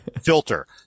filter